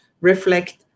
reflect